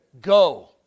Go